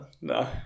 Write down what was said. No